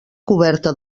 coberta